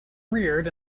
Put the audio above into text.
reared